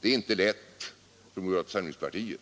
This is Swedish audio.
Det är inte lätt för moderata samlingspartiet